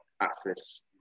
access